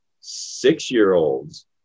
six-year-olds